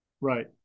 right